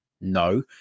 No